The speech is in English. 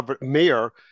mayor